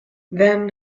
then